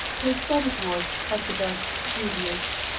her status was, at the best, dubious.